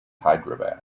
hyderabad